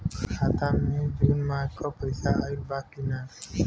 खाता मे जून माह क पैसा आईल बा की ना?